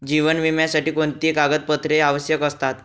जीवन विम्यासाठी कोणती कागदपत्रे आवश्यक असतात?